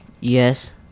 Yes